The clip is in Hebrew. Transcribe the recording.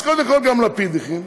אז קודם כול, גם לפיד הכין.